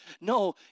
No